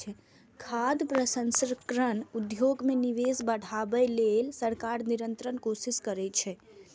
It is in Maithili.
खाद्य प्रसंस्करण उद्योग मे निवेश बढ़ाबै लेल सरकार निरंतर कोशिश करै छै